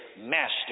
master